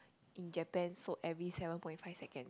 in Japan sold every seven point five second